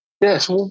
Yes